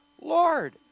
Lord